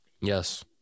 Yes